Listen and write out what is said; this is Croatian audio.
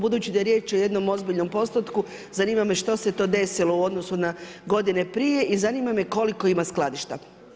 Budući da je riječ o jednom ozbiljnom postotku zanima me što se to desilo u odnosu na godine prije i zanima me koliko ima skladišta.